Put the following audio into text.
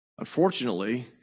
Unfortunately